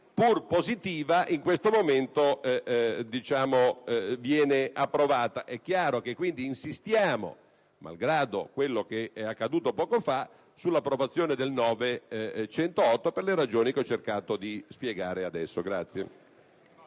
pur positiva, in questo momento viene approvata. È chiaro che quindi insistiamo, malgrado quello che è accaduto poco fa, sull'approvazione dell'emendamento 9.108 per le ragioni che ho cercato di spiegare poco fa.